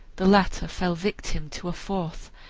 the latter fell victim to a fourth,